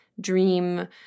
dream